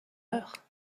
heure